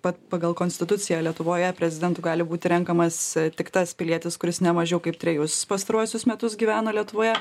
pa pagal konstituciją lietuvoje prezidentu gali būti renkamas a tik tas pilietis kuris ne mažiau kaip trejus pastaruosius metus gyveno lietuvoje